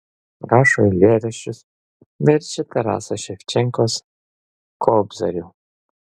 rašo eilėraščius verčia taraso ševčenkos kobzarių